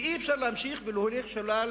ואי-אפשר להמשיך להוליך שולל